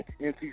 NC